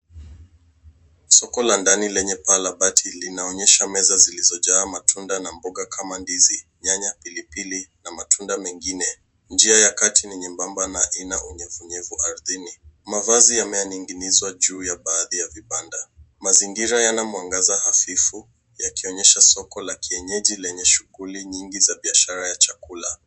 Soko la ndani lenye paa la bati linaonyesha meza zilizojaa matunda na mboga kama ndizi, nyanya, pilipili na matunda mengine. Njia ya kati ni nyembamba na ina unyevunyevu ardhini. Mavazi yamening'inizwa juu ya baadhi ya vibanda. Mazingira yana mwangaza hafifu yakionyesha soko la kienyeji lenye shughuli nyingi za biashara ya chakula.